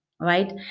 right